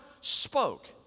spoke